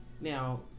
Now